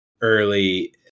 early